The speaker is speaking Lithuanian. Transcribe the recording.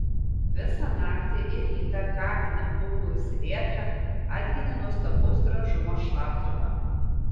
visą naktį ir rytą kamine ūbavusi vėtra atginė nuostabaus gražumo šlapdribą